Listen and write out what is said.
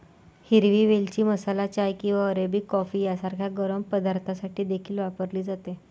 हिरवी वेलची मसाला चाय किंवा अरेबिक कॉफी सारख्या गरम पदार्थांसाठी देखील वापरली जाते